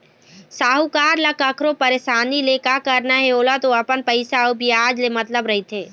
साहूकार ल कखरो परसानी ले का करना हे ओला तो अपन पइसा अउ बियाज ले मतलब रहिथे